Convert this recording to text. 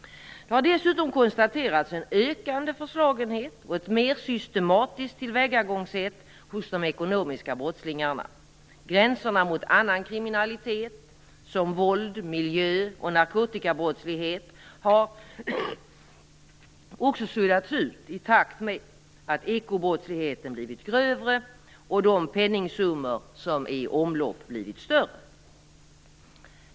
Det har dessutom konstaterats en ökande förslagenhet och ett mer systematiskt tillvägagångssätt hos ekobrottslingarna. Gränserna mot annan kriminalitet som våld-, miljö och narkotikabrottslighet har också suddats ut i takt med att ekobrottsligheten blivit grövre och de penningsummor som är i omlopp blivit större.